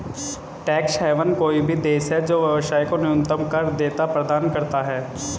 tax haven कोई भी देश है जो व्यवसाय को न्यूनतम कर देयता प्रदान करता है